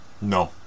No